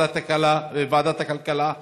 בוועדת הכלכלה,